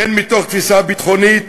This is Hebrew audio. הן מתוך תפיסה ביטחונית,